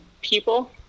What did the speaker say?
people